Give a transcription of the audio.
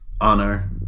honor